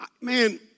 man